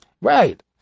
Right